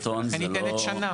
לתוקף, לכן ניתנת שנה.